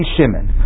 Shimon